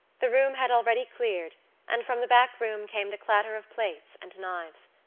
the room had already cleared and from the back room came the clatter of plates and knives.